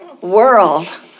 world